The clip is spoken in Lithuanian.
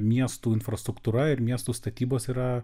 miestų infrastruktūra ir miestų statybos yra